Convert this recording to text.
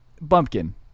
Bumpkin